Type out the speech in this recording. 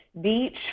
beach